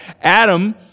Adam